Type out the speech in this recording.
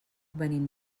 venim